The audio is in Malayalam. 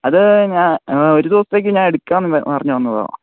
അതു ഞാൻ ഒരു ദിവസത്തേക്ക് ഞാനെടുക്കാൻ പറഞ്ഞു വന്നതാണ്